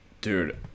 dude